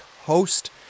host